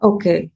Okay